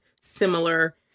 similar